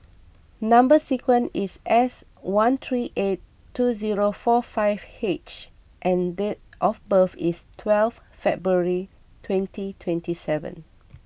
Number Sequence is S one three eight two zero four five H and date of birth is twelve February twenty twenty seven